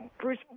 Bruce